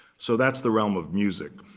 so that's the realm of music.